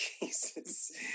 cases